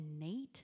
innate